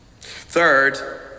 Third